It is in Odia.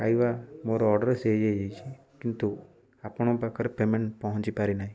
ପାଇବା ମୋର ଅର୍ଡ଼ର ସେଇ ହେଇଯାଇଛି କିନ୍ତୁ ଆପଣଙ୍କ ପାଖରେ ପେମେଣ୍ଟ ପହଞ୍ଚି ପାରିନାହିଁ